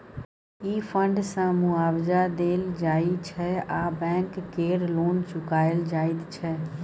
ई fund सँ मुआबजा देल जाइ छै आ बैंक केर लोन चुकाएल जाइत छै